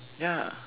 ya